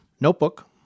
notebook